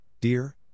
dear